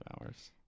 hours